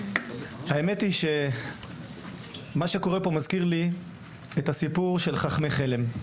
האמת היא שמה שקורה פה מזכיר לי את הסיפור של חכמי חלם,